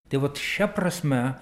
tai vat šia prasme